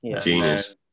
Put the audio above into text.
genius